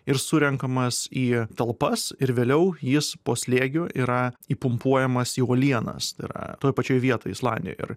ir surenkamas į talpas ir vėliau jis po slėgiu yra įpumpuojamas į uolienas tai yra toj pačioj vietoj islandijoj ir